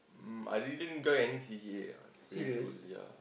um I didn't join any C_C_A ah primary school ya